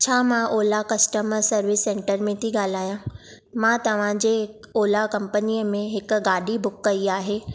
छा मां Ola customer service center में थी गा॒ल्हायां मां तव्हां जी ओला कम्पनीअ में हिक गाडी॒ बुक कई आहे